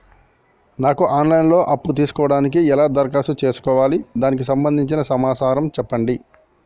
నాకు online లో అప్పు తీసుకోవడానికి ఎలా దరఖాస్తు చేసుకోవాలి దానికి సంబంధించిన సమాచారం చెప్పండి?